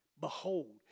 Behold